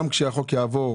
גם כשהחוק יעבור,